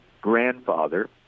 grandfather